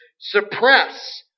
suppress